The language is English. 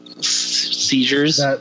seizures